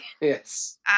Yes